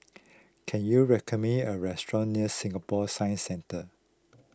can you recommend me a restaurant near Singapore Science Centre